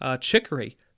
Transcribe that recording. chicory